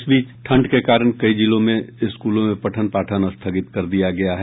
इस बीच ठंड के कारण कई जिलों में स्कूलों में पठन पाठन स्थगित कर दिया गया है